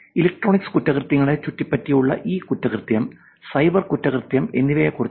electronic കുറ്റകൃത്യങ്ങളെ ചുറ്റിപ്പറ്റിയുള്ള e കുറ്റകൃത്യം സൈബർ കുറ്റകൃത്യം എന്നിവയെ കുറിച്ച്